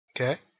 okay